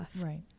Right